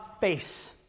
face